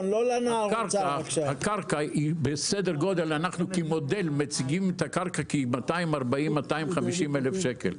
אנחנו כמודל מציגים את הקרקע כ-240,000- 250,000 שקל.